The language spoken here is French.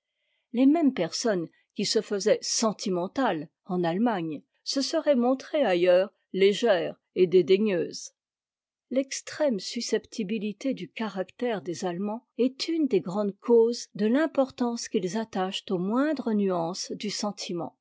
les mêmes personnes qui se faisaient sentimentales en allemagne se seraient montrées ailleurs légères et dédaigneuses l'extrême susceptibilité du caractère des a emands est une des grandes causes de l'importance qu'ils attachent aux moindres nuances du sentiment